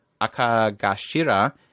Akagashira